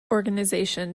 organization